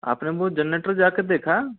आपने वो जनरेटर जाके देखा